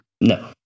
No